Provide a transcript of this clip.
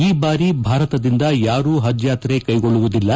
ಈ ಬಾರಿ ಭಾರತದಿಂದ ಯಾರೂ ಹಜ್ ಯಾಕ್ರೆ ಕೈಗೊಳ್ಳುವುದಿಲ್ಲ